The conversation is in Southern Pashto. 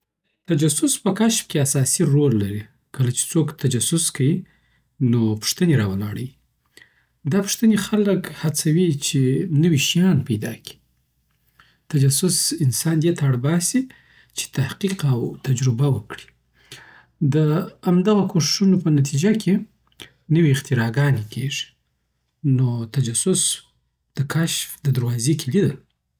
تجسس په کشف کی اساسی رول لري. کله چې څوک تجسس کوي، نو پوښتنې راولاړوی دا پوښتنې خلک هڅوي چې نوي شیان پیدا کړي. تجسس انسان دې ته اړباسي چې تحقیق او تجربه وکړي. د همدغو کوښوښونو په نتیجه کی نوې اختراع ګانی کیږی نو تجسس د کشف د دروازې کیلي ده.